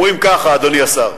אומרים ככה, אדוני השר: